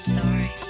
Sorry